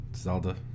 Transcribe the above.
Zelda